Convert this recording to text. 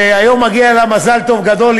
שהיום מגיע לה מזל טוב גדול,